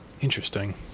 Interesting